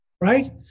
right